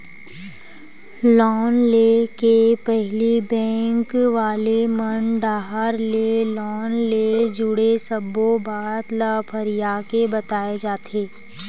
loan ले के पहिली बेंक वाले मन डाहर ले लोन ले जुड़े सब्बो बात ल फरियाके बताए जाथे